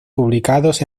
publicados